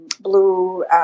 blue